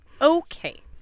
Okay